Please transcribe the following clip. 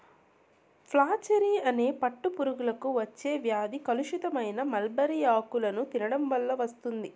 flacherie అనే పట్టు పురుగులకు వచ్చే వ్యాధి కలుషితమైన మల్బరీ ఆకులను తినడం వల్ల వస్తుంది